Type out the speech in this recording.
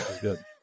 good